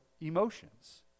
Emotions